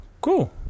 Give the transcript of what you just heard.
Cool